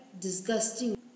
disgusting